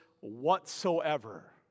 whatsoever